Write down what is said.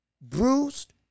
bruised